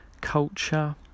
culture